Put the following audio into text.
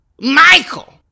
Michael